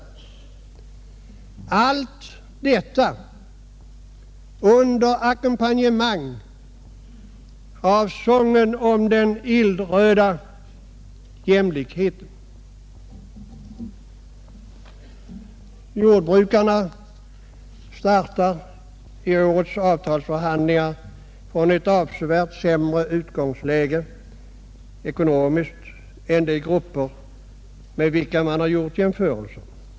Allt detta sker under ackompanjemang av sången om den illröda jämlikheten. Jordbrukarna startar i ärets avtalsförhandlingar från ett avsevärt sämre ekonomiskt utgångsläge än de grupper med vilka man har gjort jämförelser.